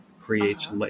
creates